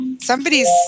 Somebody's